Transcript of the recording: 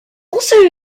also